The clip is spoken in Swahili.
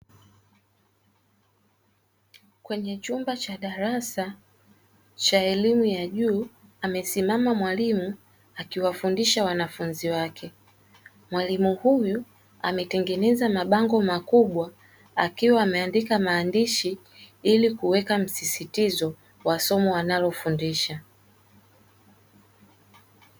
Kwenye chumba cha darasa cha elimu ya juu amesimama mwalimu akiwafundisha wanafunzi wake. Mwalimu huyu ametengeneza mabango makubwa akiwa ameandika maandishi ili kuweka msisitizo wa somo analofundisha.